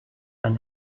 and